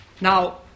Now